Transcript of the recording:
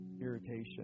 irritation